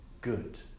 good